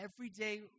everyday